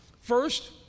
First